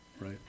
right